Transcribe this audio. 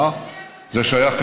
זה שייך לפשעי מלחמה,